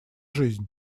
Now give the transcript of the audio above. жизнь